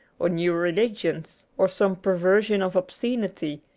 or new religions, or some perversion of obscenity,